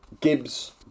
Gibbs